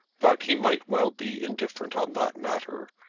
but he might well be indifferent on that matter,